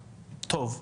טוב.